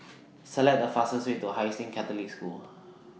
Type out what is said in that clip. Select The fastest Way to Hai Sing Catholic School